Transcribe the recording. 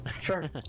sure